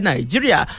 Nigeria